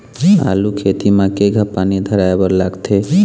आलू खेती म केघा पानी धराए बर लागथे?